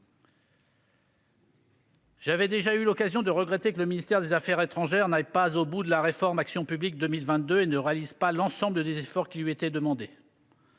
J'avais déjà eu l'occasion de regretter que le ministère des affaires étrangères n'aille pas au bout de la réforme Action publique 2022 et ne réalise pas l'ensemble des efforts qui lui étaient demandés.